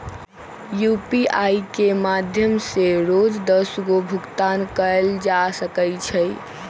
UPI के माध्यम से रोज दस गो भुगतान कयल जा सकइ छइ